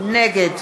נגד